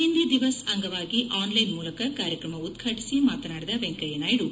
ಹಿಂದಿ ದಿವಸ್ ಅಂಗವಾಗಿ online ಮೂಲಕ ಕಾರ್ಯಕ್ರಮ ಉದ್ವಾಟಿಸಿ ಮಾತನಾಡಿದ ವೆಂಕಯ್ಯನಾಯ್ದು